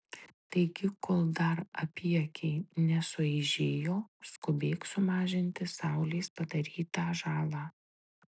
taigi kol dar apyakiai nesueižėjo skubėk sumažinti saulės padarytą žalą